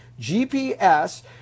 GPS